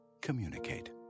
Communicate